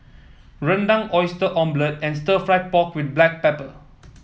Rendang Oyster Omelette and stir fry pork with Black Pepper